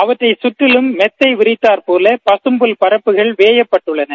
அவற்றை சுற்றிலும் மெத்தை விரித்தாற்போல பசும்புல் பரப்புகள் வேயப்பட்டுள்ளன